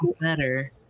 better